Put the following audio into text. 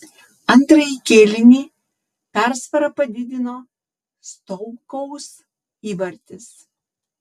antrąjį kėlinį persvarą padidino stoukaus įvartis